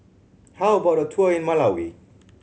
how about a tour in Malawi